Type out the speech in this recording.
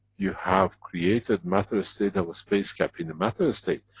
you have created matter-state of a space gap in a matter-state,